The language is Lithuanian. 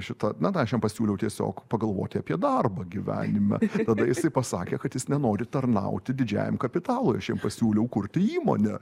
šita na tai aš jam pasiūliau tiesiog pagalvoti apie darbą gyvenime tada jisai pasakė kad jis nenori tarnauti didžiajam kapitalui aš jam pasiūliau kurti įmonę